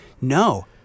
no